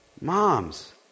Moms